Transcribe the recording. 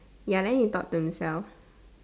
ya then he thought to himself